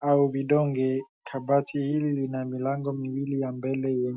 au vidonge, kabati hili lina milango miwili ya mbele.